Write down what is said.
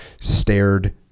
stared